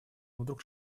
вдруг